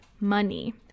money